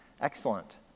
Excellent